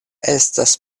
estas